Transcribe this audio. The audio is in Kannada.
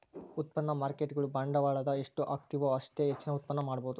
ಉತ್ಪನ್ನ ಮಾರ್ಕೇಟ್ಗುಳು ಬಂಡವಾಳದ ಎಷ್ಟು ಹಾಕ್ತಿವು ಅಷ್ಟೇ ಹೆಚ್ಚಿನ ಉತ್ಪನ್ನ ಮಾಡಬೊದು